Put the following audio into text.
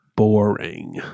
boring